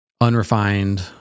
unrefined